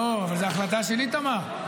זו החלטה של איתמר.